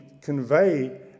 convey